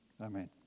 amen